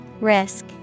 Risk